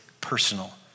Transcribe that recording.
personal